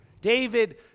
David